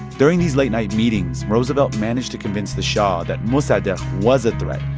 during these late-night meetings, roosevelt managed to convince the shah that mossadegh was a threat,